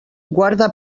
guarda